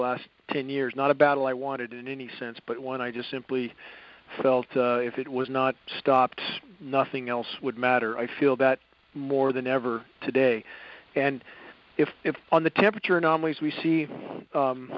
last ten years not a battle i wanted in any sense but one i just simply felt if it was not stopped nothing else would matter i feel that more than ever today and if if on the temperature anomalies we see